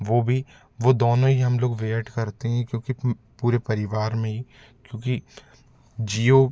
वो भी वो दोनों ही हम लोग करते हैं क्योंकि पूरे परिवार में ही क्योंकि जियो